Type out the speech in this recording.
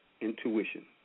intuition